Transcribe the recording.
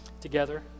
together